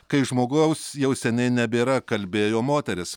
kai žmogaus jau seniai nebėra kalbėjo moteris